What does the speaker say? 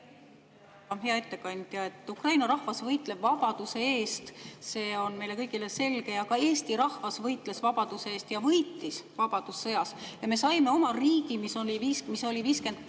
Hea ettekandja! Ukraina rahvas võitleb vabaduse eest, see on meile kõigile selge. Ka Eesti rahvas võitles vabaduse eest ja võitis vabadussõjas – me saime oma riigi, mis oli 5,2%